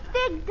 big